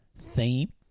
theme